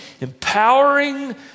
empowering